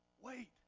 wait